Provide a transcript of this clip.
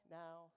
now